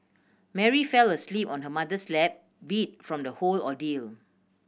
Mary fell asleep on her mother's lap beat from the whole ordeal